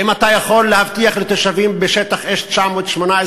האם אתה יכול להבטיח לתושבים בשטח אש 918,